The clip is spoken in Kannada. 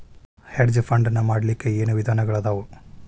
ಹೆಡ್ಜ್ ಫಂಡ್ ನ ಮಾಡ್ಲಿಕ್ಕೆ ಏನ್ ವಿಧಾನಗಳದಾವು?